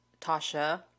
Tasha